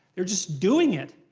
they're just doing it.